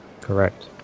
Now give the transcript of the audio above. correct